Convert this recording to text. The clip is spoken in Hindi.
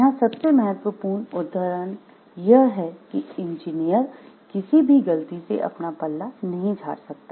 यहाँ सबसे महत्वपूर्ण उद्धरण यह है कि इंजीनियर किसी भी गलती से अपना पल्ला नहीं झाड़ सकता